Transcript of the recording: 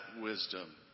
wisdom